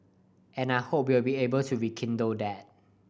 and I hope we'll be able to rekindle that